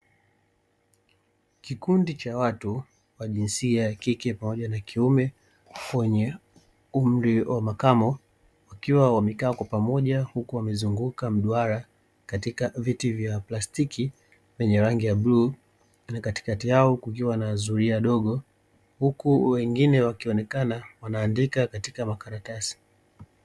Kikundi cha watu wa jinsia ya kike pamoja na kiume wenye umri wa makamo, wakiwa wamekaa kwa pamoja huku wamezunguka mduara katika viti vya plastiki vyenye rangi ya bluu. Na katikati yao kukiwa na zulia dogo, huku wengine wakionekana wanaandika katika makaratasi.